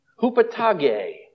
Hupatage